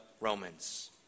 Romans